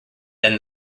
than